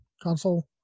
console